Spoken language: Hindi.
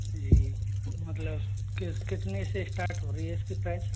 जी मतलब कि कितने से स्टार्ट हो रही है इसकी प्राइस